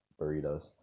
burritos